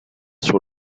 sur